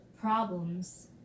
Problems